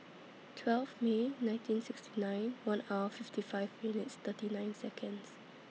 twelve May nineteen sixty nine one hour fifty five minutes thirty nine Seconds